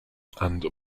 and